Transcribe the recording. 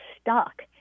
stuck